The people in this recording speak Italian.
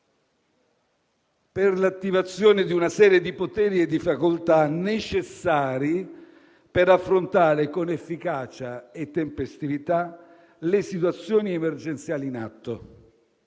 per l'attivazione di una serie di poteri e facoltà necessari per affrontare con efficacia e tempestività le situazioni emergenziali in atto.